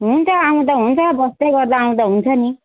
हुन्छ आउँदा हुन्छ बस्दै गर्दा आउँदा हुन्छ नि